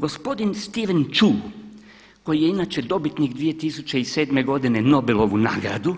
Gospodin Steven Chu koji je inače dobitnik 2007. godine Nobelove nagrade,